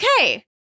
Okay